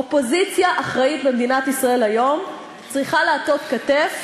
אופוזיציה אחראית במדינת ישראל היום צריכה לתת כתף